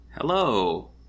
Hello